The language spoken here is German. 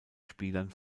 spielern